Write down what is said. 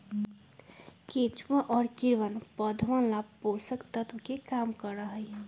केचुआ और कीड़वन पौधवन ला पोषक तत्व के काम करा हई